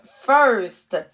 first